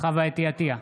חוה אתי עטייה,